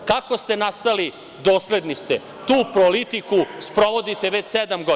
Kako ste nastali, dosledni ste, tu politiku sprovodite već sedam godina.